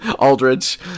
Aldridge